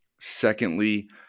Secondly